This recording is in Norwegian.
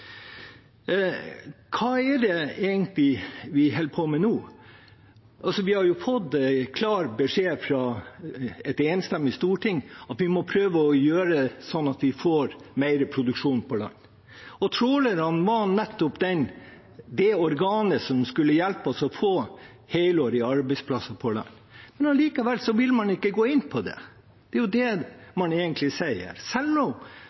Hva er det egentlig vi holder på med nå? Vi har fått en klar beskjed fra et enstemmig storting om at vi må prøve å gjøre det sånn at vi får mer produksjon på land. Og trålerne var nettopp det organet som skulle hjelpe oss med å få helårige arbeidsplasser på land, men allikevel vil man ikke gå inn på det. Det er det man egentlig sier. Selv om